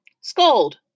Scold